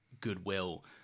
goodwill